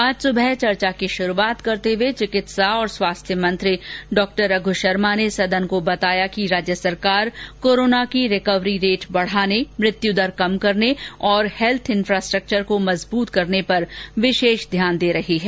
आज सुबह चर्चा की शुरुआत करते हुए चिकित्सा और स्वास्थ्य मंत्री डॉ रघु शर्मा ने सदन को बताया कि राज्य सरकार कोरोना की रिकवरी रेट बढ़ाने मृत्युदर कम करने तथा हैल्थ इफ्रास्ट्रक्चर को मजबूत करने पर विशेष ध्यान दे रही है